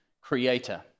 Creator